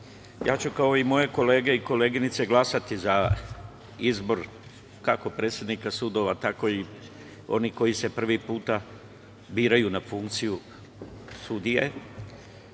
ja ću, kao i moje kolege i koleginice, glasati za izbor kako predsednika sudova, tako i onih koji se prvi put biraju na funkciju sudije,